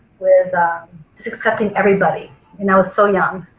with accepting everybody when i was so young.